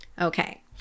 Okay